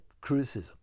criticism